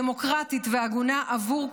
דמוקרטית והגונה בעבור כולם.